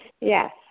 Yes